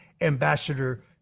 Ambassador